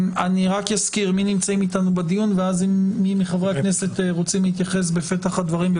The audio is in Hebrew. האם מי מכם רוצה לפתוח בדברים?